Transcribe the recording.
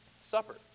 supper